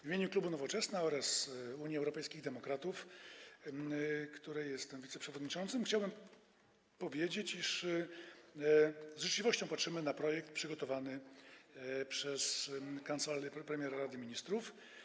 W imieniu klubu Nowoczesna oraz Unii Europejskich Demokratów, której jestem wiceprzewodniczącym, chciałbym powiedzieć, iż z życzliwością patrzymy na projekt przygotowany przez Kancelarię Prezesa Rady Ministrów.